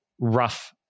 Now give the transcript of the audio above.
rough